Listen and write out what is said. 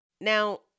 now